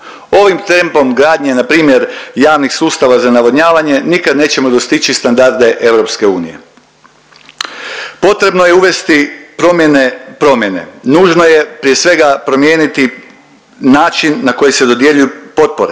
Ovim tempom gradnje npr. javnih sustava za navodnjavanje nikad nećemo dostići standarde EU. Potrebno je uvesti promjene, promjene. Nužno je prije svega promijeniti način na koji se dodjeljuju potpore